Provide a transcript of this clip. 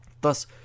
Thus